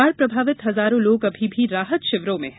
बाढ़ प्रभावित हजारों लोग अभी भी राहत शिविरों में है